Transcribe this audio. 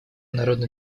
народно